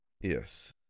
Yes